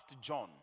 John